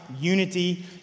unity